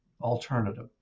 alternative